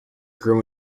grew